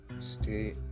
stay